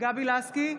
גבי לסקי,